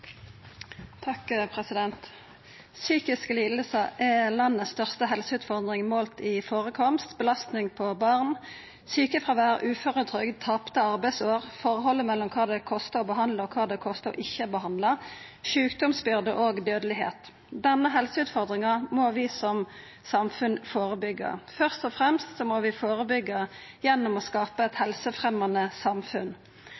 landets største helseutfordring målt i førekomst, belastning på barn, sjukefråvær, uføretrygd, tapte arbeidsår, forholdet mellom kva det kostar å behandla, og kva det kostar ikkje å behandla, sjukdomsbyrde og dødelegheit. Denne helseutfordringa må vi som samfunn førebyggja. Først og fremst må vi førebyggja gjennom å